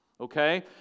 Okay